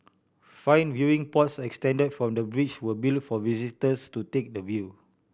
five viewing pods extended from the bridge were built for visitors to take the view